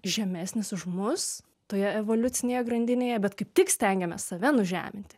žemesnis už mus toje evoliucinėje grandinėje bet kaip tik stengiamės save nužeminti